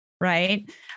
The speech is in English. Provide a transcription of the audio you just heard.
right